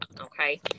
Okay